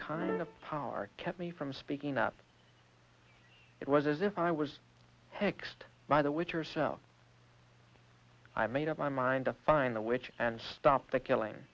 kind of power kept me from speaking up it was as if i was next by the witch yourself i made up my mind to find the witch and stop the killing